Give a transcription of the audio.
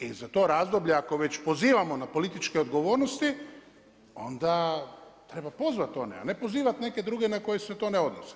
I za to razdoblje ako već pozivamo na političke odgovornosti onda treba pozvat one, a ne pozivat neke druge na koje se to ne odnosi.